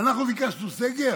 אנחנו ביקשנו סגר?